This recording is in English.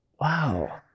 Wow